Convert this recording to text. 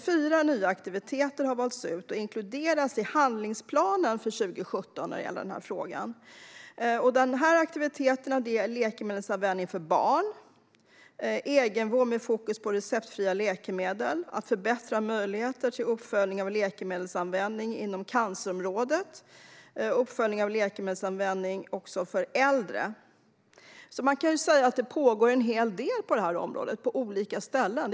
Fyra nya aktiviteter har valts ut och inkluderas i handlingsplanen för 2017. Det gäller läkemedelsanvändning för barn, egenvård med fokus på receptfria läkemedel, förbättring av möjligheter till uppföljning av läkemedelsanvändning inom cancerområdet samt uppföljning av läkemedelsanvändning också för äldre. Det pågår alltså mycket arbete på området, på olika ställen.